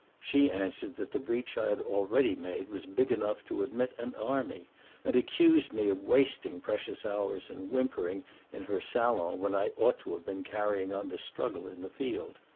she answered that the breach i had already made was big enough to admit an army and accused me of wasting precious hours in whimpering in her salon when i ought to have been carrying on the struggle in the field.